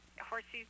horses